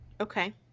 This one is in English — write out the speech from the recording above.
Okay